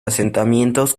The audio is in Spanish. asentamientos